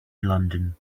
london